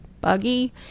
buggy